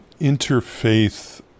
interfaith